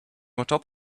atop